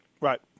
Right